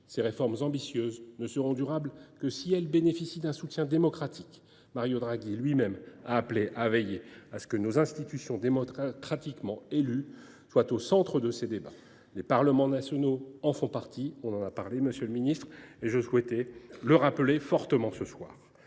Ces réformes ambitieuses ne seront durables que si elles bénéficient d’un soutien démocratique. Mario Draghi lui même a appelé à veiller à ce que nos institutions démocratiquement élues soient au centre de ces débats. Les parlements nationaux en font partie et je souhaitais, monsieur le ministre, le rappeler fortement ce soir